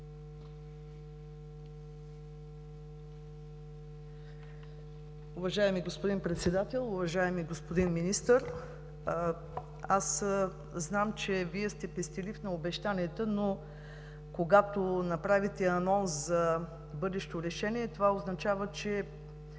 Уважаеми господин Председател, уважаеми господин Министър! Аз зная, че Вие сте пестелив на обещанията, но когато направите анонс за бъдещо решение, това означава, че